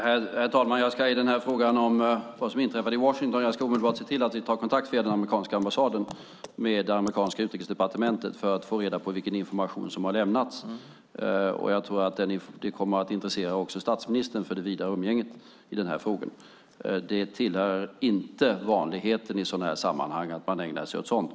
Herr talman! Jag ska i frågan om vad som inträffade i Washington omedelbart se till att vi tar kontakt via amerikanska ambassaden med amerikanska utrikesdepartementet för att få reda på vilken information som har lämnats. Jag tror att det också kommer att intressera statsministern för det vidare umgänget i frågan. Det tillhör inte vanligheten i sådana sammanhang att man ägnar sig åt sådant.